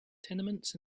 tenements